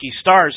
stars